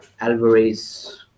Alvarez